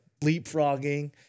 leapfrogging